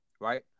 right